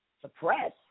suppress